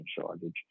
shortage